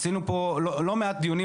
עשינו פה לא מעט דיונים,